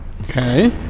Okay